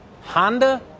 Honda